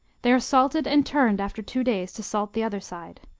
they are salted and turned after two days to salt the other side.